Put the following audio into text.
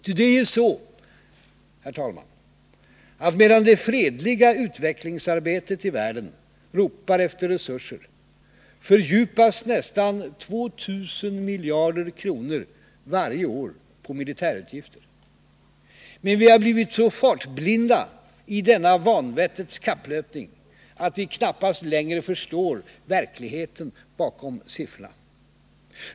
Ty det är ju så, herr talman, att medan det fredliga utvecklingsarbetet i världen ropar efter resurser, förbrukas nästan 2 000 miljarder kronor varje år på militärutgifter. Men vi har blivit så fartblinda i denna vanvettets kapplöpning att vi knappast längre förstår verkligheten bakom siffrorna.